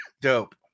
Dope